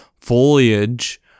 foliage